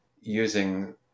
using